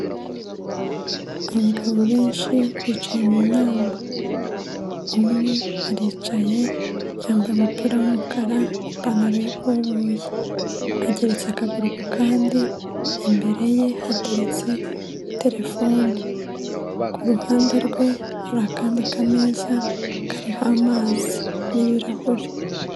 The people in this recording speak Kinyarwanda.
Abagabo benshi bicaye mu nama, umwe aricaye yambaye umupira w'umukara n'ipantaro y'ikoboyi ageretse akaguru ku kandi, imbere ye hateretse terefone, ku ruhande rwe hari akandi k'ameza kariho amazi n'ibirahure.